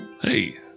Hey